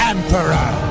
Emperor